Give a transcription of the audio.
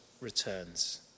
returns